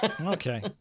Okay